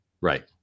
Right